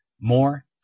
More